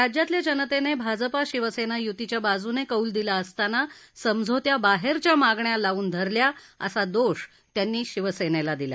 राज्यातल्या जनतेने भाजपा शिवसेना य्तीच्या बाजूने कौल दिला असताना समझोत्या बाहेरच्या मागण्या लावून धरल्या असा दोष त्यांनी शिवसेनेला दिला